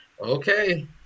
Okay